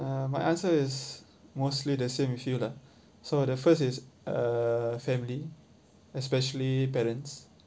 uh my answer is mostly the same issue lah so the first is uh family especially parents